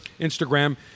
Instagram